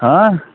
ہہ